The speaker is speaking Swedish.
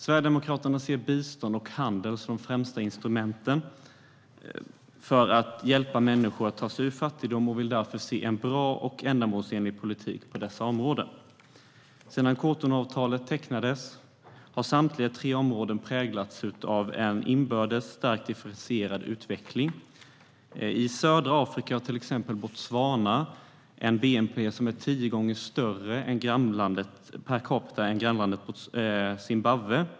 Sverigedemokraterna ser bistånd och handel som de främsta instrumenten för att hjälpa människor att ta sig ur fattigdom, och vi vill därför se en bra och ändamålsenlig politik på dessa områden. Sedan Cotonouavtalet tecknades har samtliga tre områden präglats av en inbördes starkt differentierad utveckling. I södra Afrika har till exempel Botswana en bnp som per capita är ungefär tio gånger högre än i grannlandet Zimbabwe.